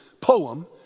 poem